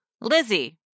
Lizzie